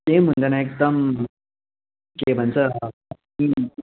केही हुँदैन एकदम के भन्छ